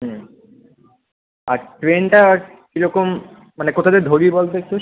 হুম আর ট্রেনটা কি রকম মানে কোথা দিয়ে ধরবি বল তো একটু